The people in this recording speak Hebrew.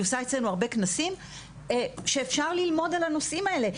היא עושה אצלנו הרבה כנסים ,שאפשר ללמוד על הנושאים האלה,